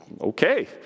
Okay